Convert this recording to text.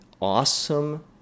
Awesome